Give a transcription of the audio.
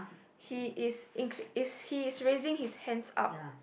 he is in~ is he is raising his hands up